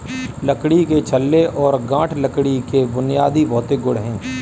लकड़ी के छल्ले और गांठ लकड़ी के बुनियादी भौतिक गुण हैं